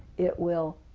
it will